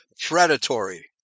predatory